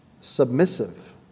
submissive